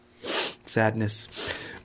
Sadness